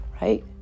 right